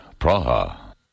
Praha